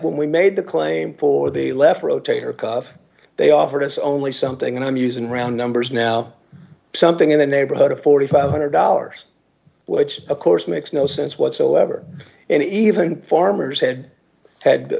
when we made the claim for the left rotator cuff they offered us only something and i'm using round numbers now something in the neighborhood of four thousand five hundred dollars which of course makes no sense whatsoever and even farmers had had